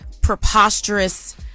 preposterous